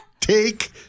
Take